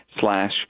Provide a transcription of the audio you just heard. slash